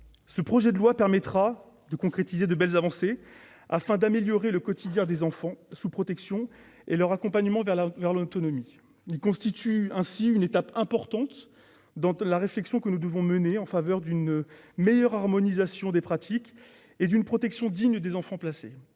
Ce projet de loi permettra de concrétiser de belles avancées afin d'améliorer le quotidien des enfants sous protection et leur accompagnement vers l'autonomie. Il constitue ainsi une étape importante dans la réflexion que nous devrons mener en faveur d'une meilleure harmonisation des pratiques et d'une protection digne des enfants placés.